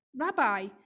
Rabbi